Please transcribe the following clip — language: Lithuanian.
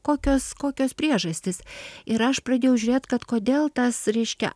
kokios kokios priežastys ir aš pradėjau žiūrėt kad kodėl tas reiškia